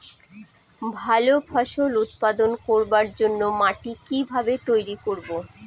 ভালো ফসল উৎপাদন করবার জন্য মাটি কি ভাবে তৈরী করব?